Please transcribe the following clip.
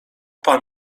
pan